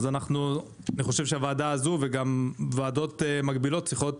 אני חושב שהוועדה הזו וגם ועדות מקבילות צריכות